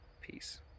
Peace